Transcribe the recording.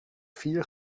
vier